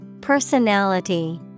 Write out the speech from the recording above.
Personality